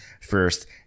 first